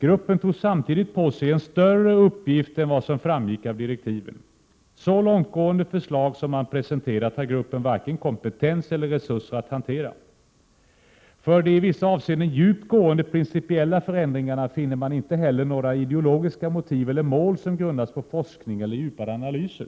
Gruppen tog samtidigt på sig en större uppgift än vad som framgick av direktiven. Så långtgående förslag som man presenterat hade gruppen varken kompetens eller resurser att hantera. För de i vissa avseenden djupt gående principiella förändringarna finner man inte heller några ideologiska motiv eller mål som grundats på forskning eller djupare analyser.